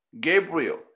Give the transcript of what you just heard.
Gabriel